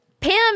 Pam